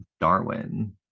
Darwin